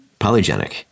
polygenic